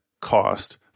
cost